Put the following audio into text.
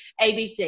ABC